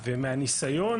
מהניסיון